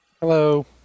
Hello